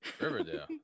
Riverdale